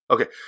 Okay